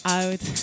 out